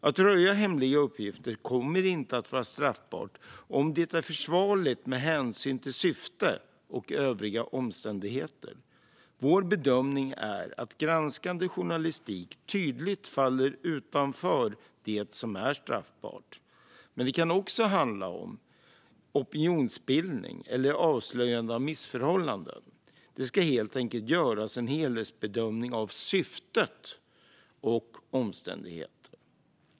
Att röja hemliga uppgifter kommer inte att vara straffbart om det är försvarligt med hänsyn till syfte och övriga omständigheter. Vår bedömning är att granskande journalistik tydligt faller utanför det som är straffbart. Men det kan också handla om opinionsbildning eller avslöjande av missförhållanden. Det ska helt enkelt göras en helhetsbedömning av syfte och omständigheter.